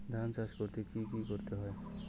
ধান চাষ করতে কি কি করতে হয়?